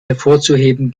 hervorzuheben